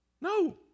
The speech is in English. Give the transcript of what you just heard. No